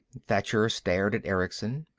thacher stared at erickson.